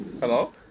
Hello